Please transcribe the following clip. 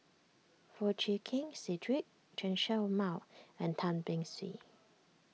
Foo Chee Keng Cedric Chen Show Mao and Tan Beng Swee